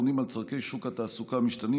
תעסוקתית העונים על צורכי שוק התעסוקה המשתנים,